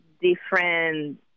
different